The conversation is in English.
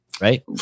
right